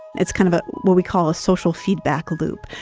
it's kind of ah what we call a social feedback loop.